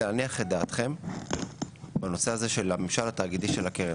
זה להניח את דעתכם בנושא של הממשל התאגידי של הקרן,